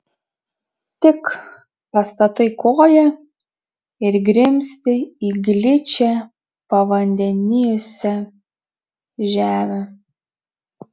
tik pastatai koją ir grimzti į gličią pavandenijusią žemę